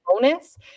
bonus